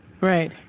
Right